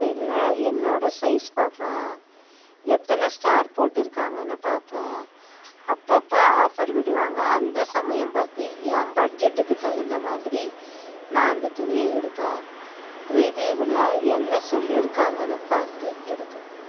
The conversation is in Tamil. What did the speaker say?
இதில் என்னோடய சைஸ் பார்ப்பேன் எத்தன ஸ்டார் போட்டிருக்காங்கன்னு பார்ப்பேன் அப்பப்போ ஆஃபர் விடுவாங்க அந்த சமயம் பார்த்து என் பட்ஜெட்டுக்கு தகுந்த மாதிரி நான் அந்த துணியை எடுப்பேன் ரிவியூவில் என்ன சொல்லியிருக்காங்கன்னு பார்த்து எடுப்பேன்